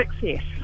success